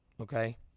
okay